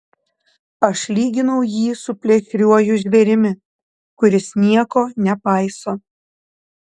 aš lyginau jį su plėšriuoju žvėrimi kuris nieko nepaiso